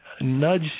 nudge